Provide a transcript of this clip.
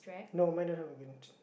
no mine doesn't have